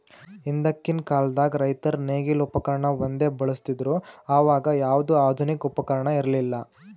ಹಿಂದಕ್ಕಿನ್ ಕಾಲದಾಗ್ ರೈತರ್ ನೇಗಿಲ್ ಉಪಕರ್ಣ ಒಂದೇ ಬಳಸ್ತಿದ್ರು ಅವಾಗ ಯಾವ್ದು ಆಧುನಿಕ್ ಉಪಕರ್ಣ ಇರ್ಲಿಲ್ಲಾ